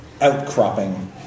outcropping